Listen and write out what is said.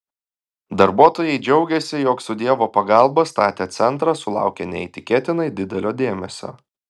darbuotojai džiaugėsi jog su dievo pagalba statę centrą sulaukia neįtikėtinai didelio dėmesio